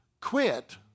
quit